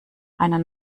einer